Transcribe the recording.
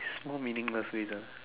small meaningless ways ah